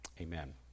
Amen